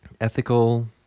ethical